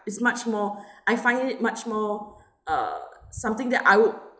is much more I find it much more err something that I would